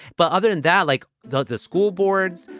but other than that, like that, the school boards,